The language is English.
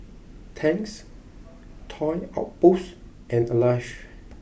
Tangs Toy Outpost and Alive